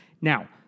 Now